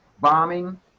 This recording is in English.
bombing